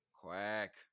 Quack